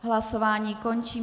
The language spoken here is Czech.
Hlasování končím.